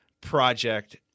project